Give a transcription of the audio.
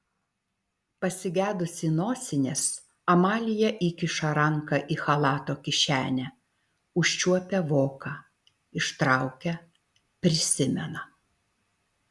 pasigedusi nosinės amalija įkiša ranką į chalato kišenę užčiuopia voką ištraukia prisimena